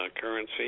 currency